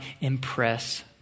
impress